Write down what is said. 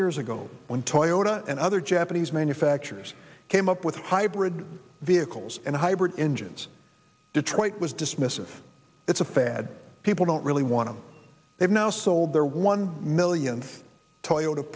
years ago when toyota and other japanese manufacturers came up with hybrid vehicles and hybrid engines detroit was dismissive it's a fad people don't really want to they've now sold their one million toyota